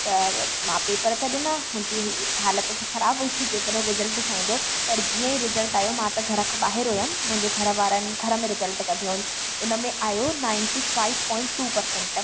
त मां पेपर त ॾिना मुंहिंजी हालति त ख़राबु हुई की पेपर रिजल्ट छा ईंदो पर जीअं ई रिजल्ट आहियो मां त घर खां ॿाहिरि हुयमि मुंहिंजे घरु वारनि घर में रिजल्ट कढियोनि उन में आहियो ninety five point two percent